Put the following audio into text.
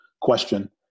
question